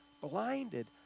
Blinded